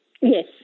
Yes